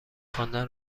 خواندن